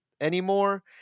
anymore